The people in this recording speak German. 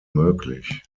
möglich